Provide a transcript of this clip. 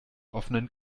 offenen